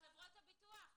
חברות הביטוח,